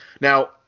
now